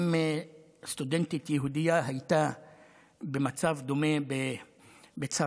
אם סטודנטית יהודייה הייתה במצב דומה בצרפת,